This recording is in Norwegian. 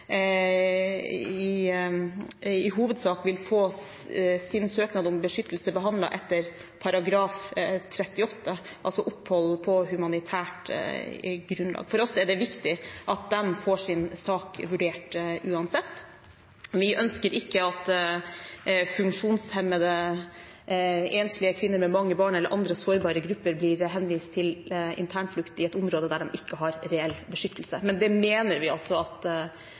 gjelder, i hovedsak vil få sin søknad om beskyttelse behandlet etter § 38, altså om opphold på humanitært grunnlag. For oss er det viktig at de får sin sak vurdert uansett. Vi ønsker ikke at funksjonshemmede, enslige kvinner med mange barn, eller andre sårbare grupper, blir henvist til internflukt i et område der de ikke har reell beskyttelse. Men det mener vi altså at